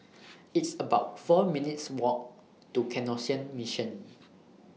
It's about four minutes' Walk to Canossian Mission